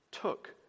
took